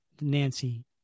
Nancy